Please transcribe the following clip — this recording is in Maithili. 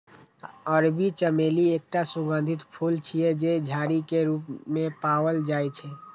अरबी चमेली एकटा सुगंधित फूल छियै, जे झाड़ी के रूप मे पाओल जाइ छै